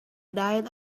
diet